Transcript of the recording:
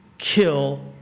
kill